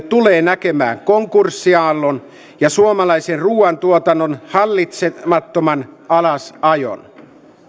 tulee näkemään konkurssiaallon ja suomalaisen ruuantuotannon hallitsemattoman alasajon